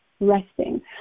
resting